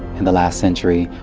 in the last century,